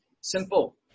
simple